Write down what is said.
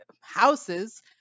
houses